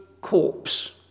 corpse